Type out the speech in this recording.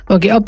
Okay